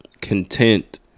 content